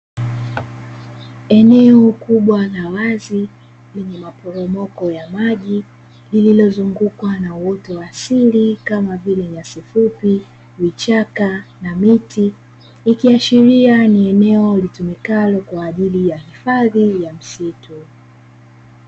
Eneo kubwa la wazi lenye maporomoko ya maji, lililozungukwa na uoto wa asili, kama vile: nyasi fupi, vichaka na miti, ikiashiria ni eneo litumikalo kwa ajili ya hifadhi ya msitu.